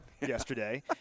yesterday